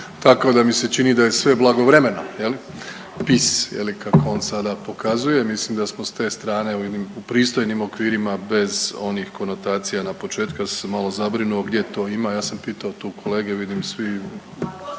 Tako da mi se čini da je sve blagovremeno. Pice je li kako on sada pokazuje. Mislim da smo s te strane u jednim pristojnim okvirima bez onih konotacija na početku. Ja sam se malo zabrinuo gdje to ima. Ja sam pitao tu kolege, vidim svi